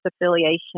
affiliation